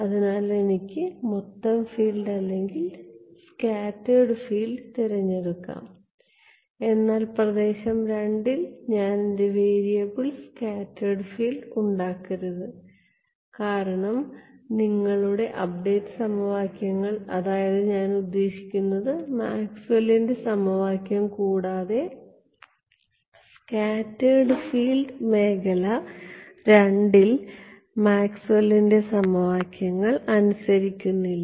അതിനാൽ എനിക്ക് മൊത്തം ഫീൽഡ് അല്ലെങ്കിൽ സ്കാറ്റേർഡ് ഫീൽഡ് തിരഞ്ഞെടുക്കാനാകും എന്നാൽ പ്രദേശം II ൽ ഞാൻ എന്റെ വേരിയബിൾ സ്കാറ്റേർഡ് ഫീൽഡ് ഉണ്ടാക്കരുത് കാരണം നിങ്ങളുടെ അപ്ഡേറ്റ് സമവാക്യങ്ങൾ അതായത് ഞാൻ ഉദ്ദേശിക്കുന്നത് മാക്സ്വെല്ലിന്റെ സമവാക്യം കൂടാതെ സ്കാറ്റേർഡ് ഫീൽഡ് മേഖല II ൽ മാക്സ്വെല്ലിന്റെ സമവാക്യങ്ങൾ അനുസരിക്കുന്നില്ല